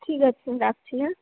ঠিক আছে রাখছি হ্যাঁ